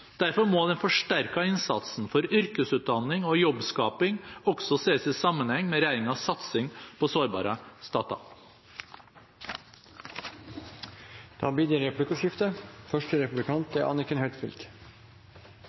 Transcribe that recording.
Derfor må den forsterkede innsatsen for yrkesutdanning og jobbskaping også ses i sammenheng med regjeringens satsing på sårbare stater. Det blir replikkordskifte.